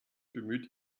bemüht